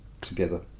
together